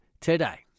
today